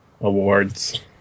Awards